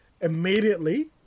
immediately